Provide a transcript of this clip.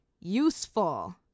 useful